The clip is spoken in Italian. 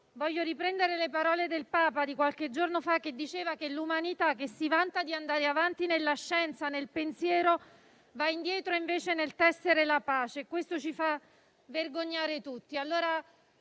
voglio riprendere le parole del Papa di qualche giorno fa, quando ha detto che l'umanità, che si vanta di andare avanti nella scienza e nel pensiero, va indietro invece nel tessere la pace e questo ci fa vergognare tutti.